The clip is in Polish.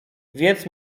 więc